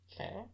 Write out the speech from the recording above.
Okay